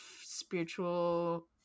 spiritual